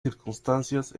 circunstancias